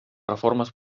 reformes